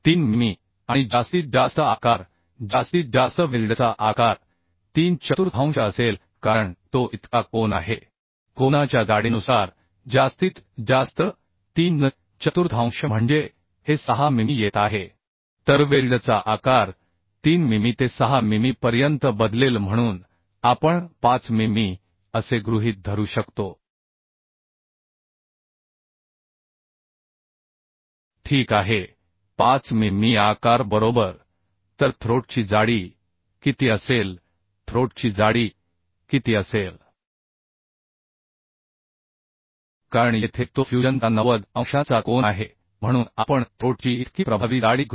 तर थ्रोट ची जाडी किती असेल थ्रोट ची जाडी किती असेल कारण येथे तो फ्यूजनचा ९० अंशाचा कोन आहे म्हणून आपण असे गृहीत धरत आहोत की थ्रोटची जाडी 3 मिमी आणि कमाल आकार कमाल वेल्ड आकार तीन छेद चार बाय असेल कारण तो कोन आहे म्हणून कमाल तीन छेद चार बाय कोनाची जाडी म्हणजे ही 6 मिमी येत आहे त्यामुळे वेल्डचा आकार 3 मिमी ते 6 मिमी पर्यंत बदलू शकतो म्हणून आपण असे गृहीत धरू शकतो की 5 मिमी ठीक आहे 5 मिमी आकार योग्य आहे हे 0